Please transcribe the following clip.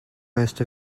most